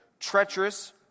Treacherous